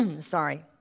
sorry